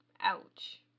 Ouch